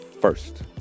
first